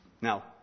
Now